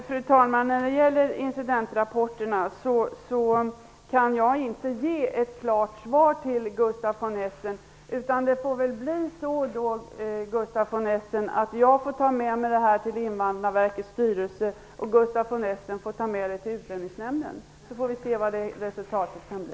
Fru talman! När det gäller incidentrapporterna kan jag inte ge ett klart svar till Gustaf von Essen, utan det får bli så att jag får ta med mig det här till Invandrarverkets styrelsen och Gustaf von Essen får ta med det till Utlänningsnämnden. Så får vi se vad resultatet kan bli.